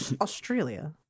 Australia